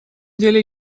деле